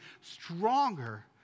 stronger